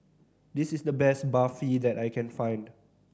this is the best Barfi that I can find